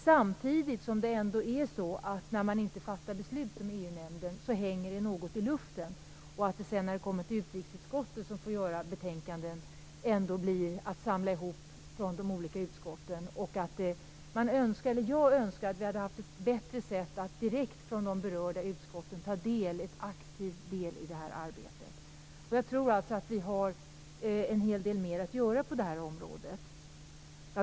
Samtidigt är det ändå så att när man inte fattar några beslut i EU-nämnden hänger det hela något i luften. När ärendena sedan kommer till utrikesutskottet, som får skriva betänkandena, gäller det att samla ihop från de olika utskotten. Jag önskar att vi hade haft ett bättre sätt att direkt från de berörda utskotten kunna ta aktiv del i det här arbetet. Jag tror att vi har en hel del mer att göra på det här området.